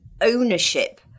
ownership